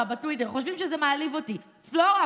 בטוויטר וחושבים שזה מעליב אותי: פלורה,